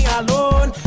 alone